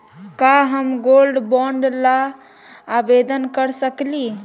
का हम gold bond ल आवेदन कर सकली?